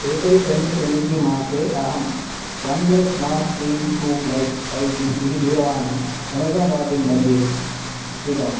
April twenty twenty three मासे अहं one plus Nord C two lite five G इति दूरवानीम् अमेज़ान् डाट् इन् मद्ये क्रीतवान्